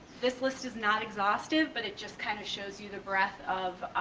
this list is not exhaustive, but it just kind of shows you the breath of